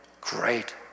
great